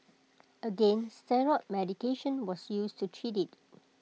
again steroid medication was used to treat IT